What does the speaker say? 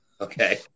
Okay